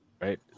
right